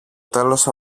τέλος